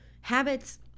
habits